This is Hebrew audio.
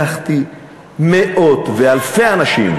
לקחתי מאות ואלפי אנשים,